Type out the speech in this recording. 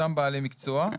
אותם בעלי מקצוע.